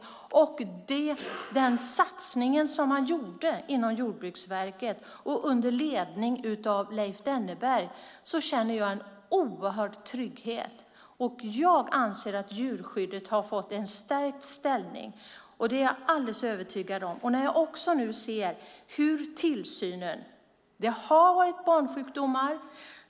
I och med den satsning som man gjorde inom Jordbruksverket under ledning av Leif Denneberg känner jag en oerhört stor trygghet. Jag anser att djurskyddet har fått en stärkt ställning. Jag är alldeles övertygad om det när jag nu ser hur tillsynen går till. Det har varit barnsjukdomar.